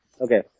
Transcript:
Okay